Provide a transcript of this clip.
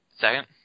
Second